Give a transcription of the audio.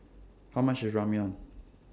How much IS Ramyeon